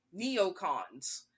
neocons